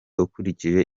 ukurikije